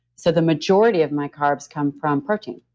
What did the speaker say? so, the majority of my carbs come from protein